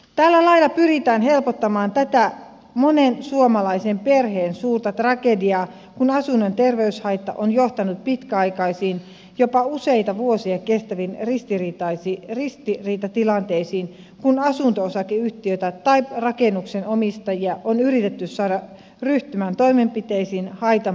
tällä lailla pyritään helpottamaan tätä monen suomalaisen perheen suurta tragediaa kun asunnon terveyshaitta on johtanut pitkäaikaisiin jopa useita vuosia kestäviin ristiriitatilanteisiin kun asunto osakeyhtiötä tai rakennuksen omistajia on yritetty saada ryhtymään toimenpiteisiin haitan poistamiseksi